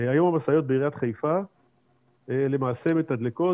היום המשאיות בעיריית חיפה למעשה מתדלקות